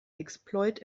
exploit